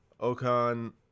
Okan